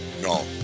No